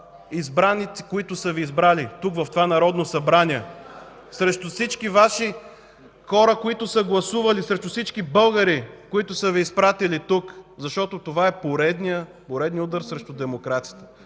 от ГЕРБ), които са Ви пратили в това Народно събрание, срещу всички Ваши хора, които са гласували, срещу всички българи, които са Ви изпратили тук, защото това е поредният, поредният удар срещу демокрацията.